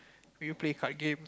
maybe play card game